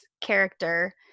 character